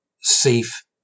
safe